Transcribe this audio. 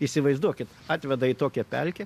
įsivaizduokit atveda į tokią pelkę